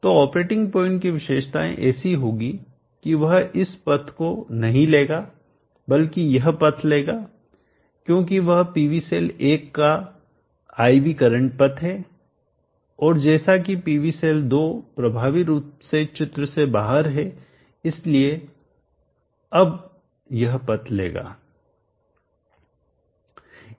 तो operating point की विशेषताएं ऐसी होंगी कि वह इस पथ को नहीं लेगा बल्कि यह पथ लेगा क्योंकि वह PV सेल 1 का I V करंट पथ है और जैसा कि PV सेल 2 प्रभावी रूप से चित्र से बाहर है इसलिए वह अब यह पथ लेगा